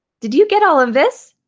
did you get all of this?